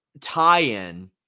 tie-in